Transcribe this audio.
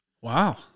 Wow